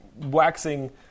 waxing